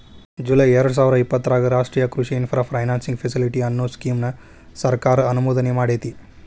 July ಎರ್ಡಸಾವಿರದ ಇಪ್ಪತರಾಗ ರಾಷ್ಟ್ರೇಯ ಕೃಷಿ ಇನ್ಫ್ರಾ ಫೈನಾನ್ಸಿಂಗ್ ಫೆಸಿಲಿಟಿ, ಅನ್ನೋ ಸ್ಕೇಮ್ ನ ಸರ್ಕಾರ ಅನುಮೋದನೆಮಾಡೇತಿ